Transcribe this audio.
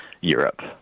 Europe